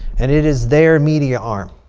and it is their media arm.